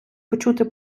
почути